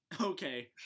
Okay